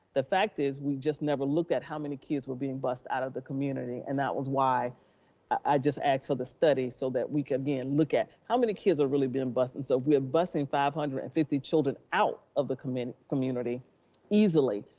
the fact is we just never looked at how many kids were being bused out of the community. and that was why i just asked for the study so that we can, again, look at how many kids are really being bused. and so we're busing five hundred and fifty children out of the community, easily,